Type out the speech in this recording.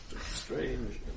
Strange